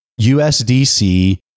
USDC